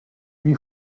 lui